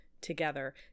together